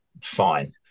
fine